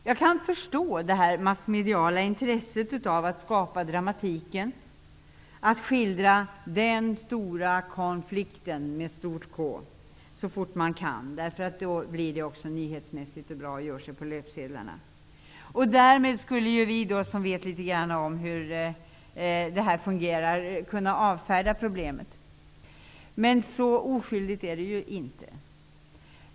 Jag kan förstå det massmediala intresset för att skapa dramatik och för att skildra den stora Konflikten så fort man kan. Det blir nyhetsmässigt bra och gör sig på löpsedlarna. Därmed skulle vi som vet litet grand om hur det fungerar kunna avfärda problemet. Men så oskyldigt är det ju inte.